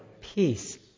peace